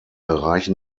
reichen